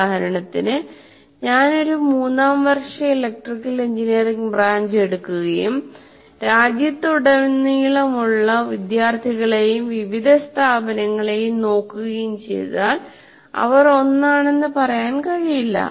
ഉദാഹരണത്തിന് ഞാൻ ഒരു മൂന്നാം വർഷ ഇലക്ട്രിക്കൽ എഞ്ചിനീയറിംഗ് ബ്രാഞ്ച് എടുക്കുകയും രാജ്യത്തുടനീളമുള്ള വിദ്യാർത്ഥികളെയും വിവിധ സ്ഥാപനങ്ങളെയും നോക്കുകയും ചെയ്താൽ അവർ ഒന്നാണെന്ന് പറയാൻ കഴിയില്ല